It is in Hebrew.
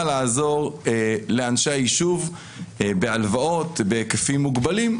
לעזור לאנשי היישוב בהלוואות בהיקפים מוגבלים,